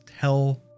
tell